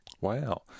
Wow